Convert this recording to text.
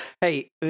Hey